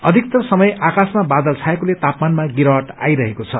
अधिक्तर समय आकाशमा बादल छाएकोले तापमानमा गिरावट आइरहेको छ